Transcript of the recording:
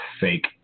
fake